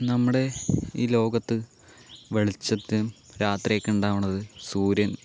നമ്മുടെ ഈ ലോകത്ത് വെളിച്ചത്തും രാത്രിയൊക്കെ ഉണ്ടാവണത് സൂര്യൻ